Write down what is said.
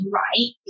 right